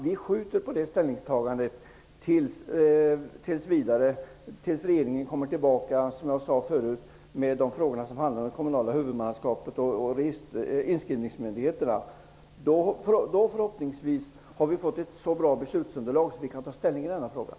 Vi skjuter på ställningstagandet tills regeringen kommer tillbaka med de frågor som handlar om kommunala huvudmannaskap och inskrivningsmyndigheterna. Då har vi förhoppningsvis fått ett så bra beslutsunderlag att vi kan ta ställning i denna fråga.